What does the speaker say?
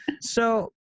So-